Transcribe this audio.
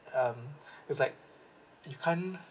um it's like you can't